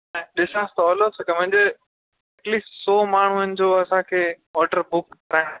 ऐं ॾिसां सवलो तव्हां एक्चुली सौ माण्हुनि जो असांखे ऑडर बुक कयां